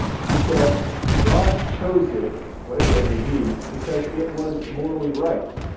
you said god chose it, whatever it may be, because it was morally right.